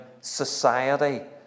society